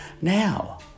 Now